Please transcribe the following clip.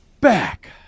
back